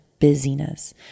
busyness